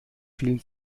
vielen